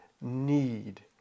need